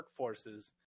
workforces